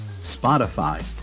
Spotify